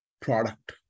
product